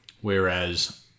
Whereas